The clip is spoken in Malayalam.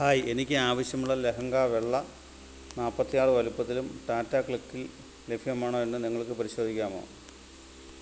ഹായ് എനിക്ക് ആവശ്യമുള്ള ലെഹങ്ക വെള്ള നാൽപ്പത്തി ആറ് വലുപ്പത്തിലും ടാറ്റ ക്ലിക്കിൽ ലഭ്യമാണോ എന്ന് നിങ്ങൾക്ക് പരിശോധിക്കാമോ